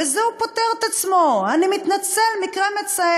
בזה הוא פוטר את עצמו: אני מתנצל, מקרה מצער.